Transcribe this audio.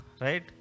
Right